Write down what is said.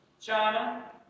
China